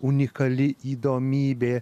unikali įdomybė